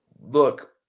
Look